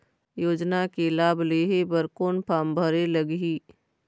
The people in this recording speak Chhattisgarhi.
योजना के लाभ लेहे बर कोन फार्म भरे लगही?